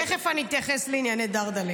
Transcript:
תכף אני אתייחס לענייני דרד'לה.